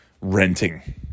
renting